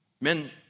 Men